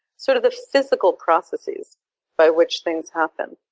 sort of the physical processes by which things happen.